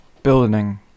Building